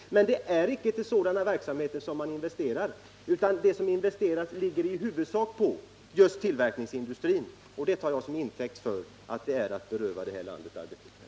Men det är icke på den typen av verksamheter man investerar, utan investeringarna läggs i huvudsak på just tillverkningsindustrin. Det tar jag till intäkt för att man berövar landet arbetstillfällen.